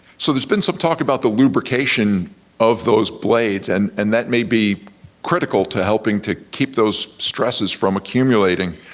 so there's been some talk about the lubrication of those blades, and and that may be critical to helping to keep those stresses from accumulating.